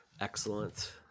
excellent